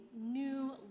new